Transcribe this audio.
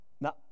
No